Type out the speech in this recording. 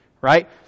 right